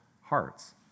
hearts